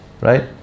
Right